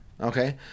Okay